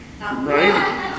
right